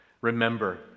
Remember